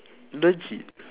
legit